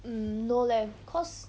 hmm no leh cause